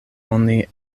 oni